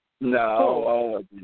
No